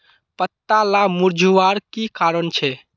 पत्ताला मुरझ्वार की कारण छे?